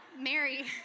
Mary